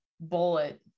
bullet